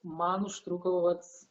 man užtruko vat